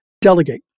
delegate